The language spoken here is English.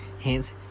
Hence